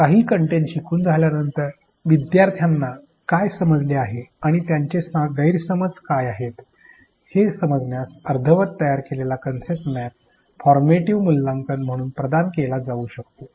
काही कंटेंट शिकवून झाल्यानंतर विद्यार्थ्यांना काय समजले आहे आणि त्यांचे गैरसमज काय आहेत हे समजण्यासाठी अर्धवट तयार केलेला कन्सेप्ट मॅप फॉर्मेटिव्ह मूल्यांकन म्हणून प्रदान केला जाऊ शकतो